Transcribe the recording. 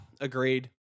agreed